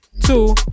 two